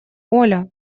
оля